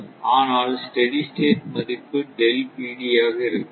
ஆனால் steady state மதிப்பு ஆக இருக்கலாம்